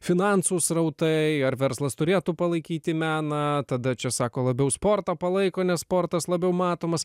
finansų srautai ar verslas turėtų palaikyti meną tada čia sako labiau sportą palaiko nes sportas labiau matomas